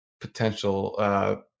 potential –